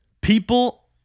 People